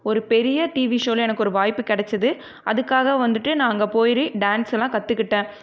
ஒரு பெரிய டீவி ஷோவில எனக்கு ஒரு வாய்ப்பு கெடைச்சிது அதுக்காக வந்துட்டு நான் அங்கே போய் டான்ஸெலாம் கற்றுக்கிட்டேன்